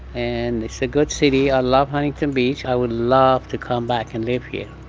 and it's a good city. i love huntington beach. i would love to come back and live here.